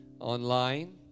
Online